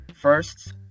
First